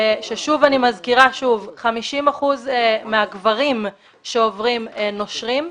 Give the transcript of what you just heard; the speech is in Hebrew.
מזכירה שוב ש-50 אחוזים מהגברים שעוברים נושרים,